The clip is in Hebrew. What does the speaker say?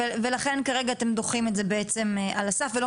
ולכן אתם כרגע דוחים את זה בעצם על הסף ולא